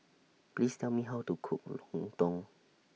Please Tell Me How to Cook Lontong